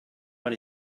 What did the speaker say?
but